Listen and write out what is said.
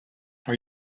are